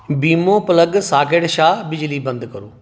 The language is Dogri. वीमो प्लग साकेट शा बिजली बंद करो